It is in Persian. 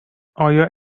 آیا